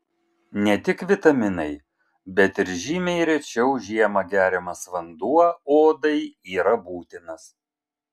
ne tik vitaminai bet ir žymiai rečiau žiemą geriamas vanduo odai yra būtinas